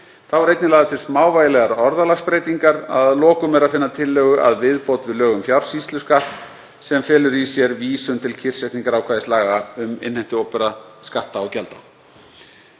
Þá eru einnig lagðar til smávægilegar orðalagsbreytingar. Að lokum er að finna tillögu að viðbót við lög um fjársýsluskatt sem felur í sér vísun til kyrrsetningarákvæðis laga um innheimtu opinberra skatta og gjalda.